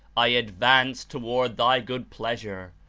i advance toward thy good pleasure,